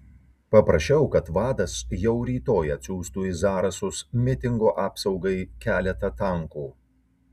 paprašiau kad vadas jau rytoj atsiųstų į zarasus mitingo apsaugai keletą tankų